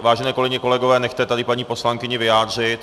Vážené kolegyně, kolegové, nechte tady paní poslankyni vyjádřit.